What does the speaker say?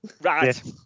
Right